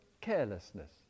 carelessness